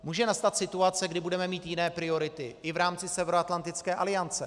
Může nastat situace, kdy budeme mít jiné priority i v rámci Severoatlantické aliance.